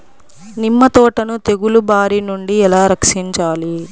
నిమ్మ తోటను తెగులు బారి నుండి ఎలా రక్షించాలి?